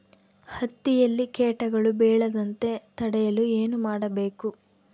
ಹತ್ತಿಯಲ್ಲಿ ಕೇಟಗಳು ಬೇಳದಂತೆ ತಡೆಯಲು ಏನು ಮಾಡಬೇಕು?